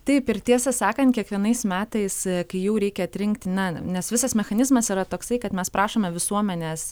taip ir tiesą sakant kiekvienais metais kai jau reikia atrinkti na nes visas mechanizmas yra toksai kad mes prašome visuomenės